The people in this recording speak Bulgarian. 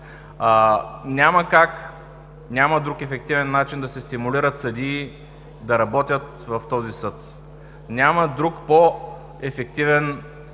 Няма как, няма друг ефективен начин да се стимулират съдии да работят в този Съд. Няма друг по-ефективен